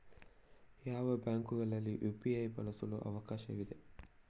ಯಾವ ಬ್ಯಾಂಕುಗಳಲ್ಲಿ ಯು.ಪಿ.ಐ ಬಳಸಲು ಅವಕಾಶವಿದೆ?